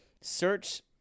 search